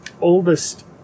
oldest